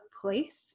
place